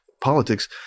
politics